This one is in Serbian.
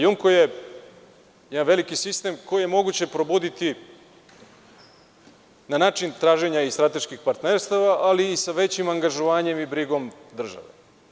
Jumko“ je jedan veliki sistem koji je moguće probuditi na način traženja i strateških partnerstava, ali i sa većim angažovanjem i brigom države.